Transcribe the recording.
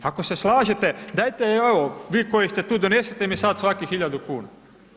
Ako se slažete, dajte evo, vi koji ste tu, donesite mi sad svaki hiljadu kuna.